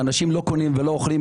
אנשים לא קונים ולא אוכלים,